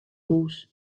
hûs